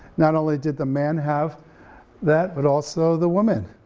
not only did the man have that, but also the woman.